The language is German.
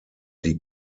die